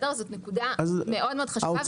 זאת נקודה מאוד מאוד חשובה.